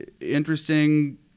interesting